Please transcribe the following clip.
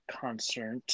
concert